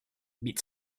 beat